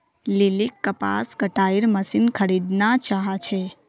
लिलीक कपास कटाईर मशीन खरीदना चाहा छे